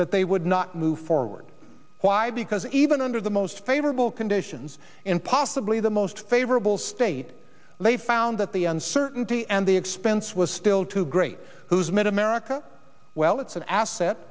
that they would not move forward why because even under the most favorable conditions in possibly the most favorable state lay found that the uncertainty and the expense was still too great who's made america well it's an asset